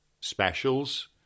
specials